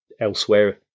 elsewhere